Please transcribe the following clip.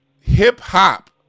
hip-hop